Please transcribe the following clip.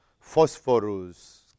phosphorus